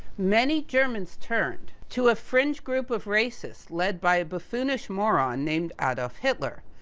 many germans turned, to a fringe group of racists, led by a buffoonish moron named adolf hitler.